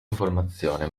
informazione